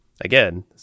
again